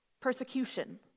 Persecution